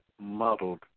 muddled